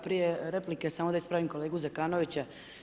Prije replike samo da ispravim kolegu Zekanovića.